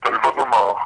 אתה לבד במערכה.